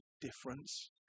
difference